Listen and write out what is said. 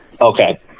Okay